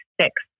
six